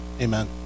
amen